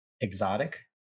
exotic